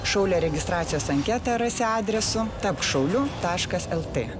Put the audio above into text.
šaulio registracijos anketą rasi adresu tapk šauliu taškas lt